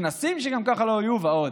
כנסים שגם ככה לא יהיו ועוד?